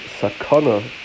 sakana